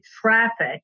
traffic